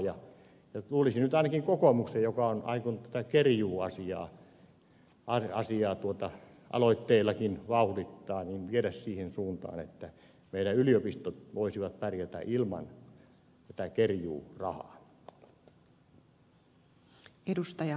luulisi nyt ainakin kokoomuksen joka on aikonut tätä kerjuuasiaa aloitteillakin vauhdittaa vievän asiaa siihen suuntaan että meidän yliopistomme voisivat pärjätä ilman kerjuurahaa